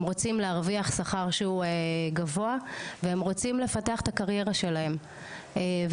הם רוצים להרוויח שכר שהוא גבוה והם רוצים לפתח את הקריירה שלהם ולכן